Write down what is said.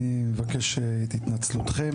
אני מבקש את התנצלותכם,